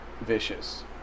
vicious